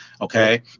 Okay